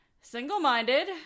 single-minded